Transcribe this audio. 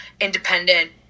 independent